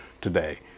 today